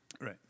Right